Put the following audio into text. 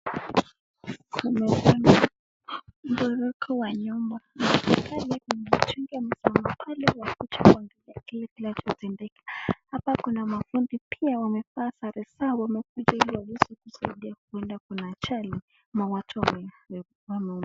Kama barua kwa nyumba. Kama vile mchungaji anasema pale watu wengi wamekuja hapa kwa ajili ya kile kitu anachotendeka. Hapa kuna mafundi pia wam